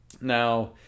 Now